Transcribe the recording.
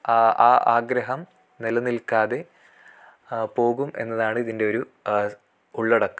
ആ ആ ആഗ്രഹം നില നിൽക്കാതെ പോകും എന്നതാണ് ഇതിൻ്റെ ഒരു ഉള്ളടക്കം